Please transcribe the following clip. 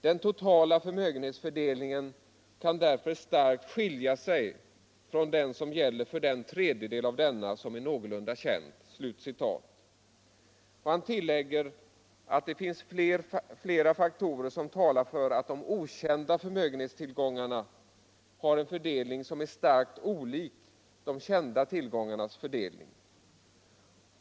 Den totala förmögenhetsfördelningen kan därför starkt skilja sig från den som gäller för den tredjedel av denna som är någorlunda känd.” Och han tillägger att det finns flera faktorer som talar för att de ”okända” förmögenhetstillgångarna har en fördelning som är starkt olik de ”kända” tillgångarnas fördelning.